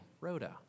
Rhoda